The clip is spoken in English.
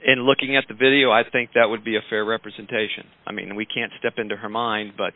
and looking at the video i think that would be a fair representation i mean we can't step into her mind but